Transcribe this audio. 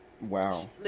wow